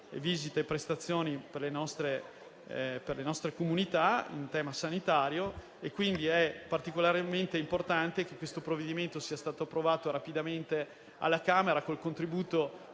visite e prestazioni per le nostre comunità in tema sanitario. Quindi, è particolarmente importante che questo provvedimento sia stato approvato rapidamente alla Camera, col contributo